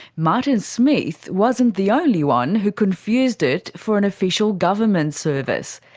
martin smith wasn't the only one who confused it for an official government service.